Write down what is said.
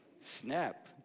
Snap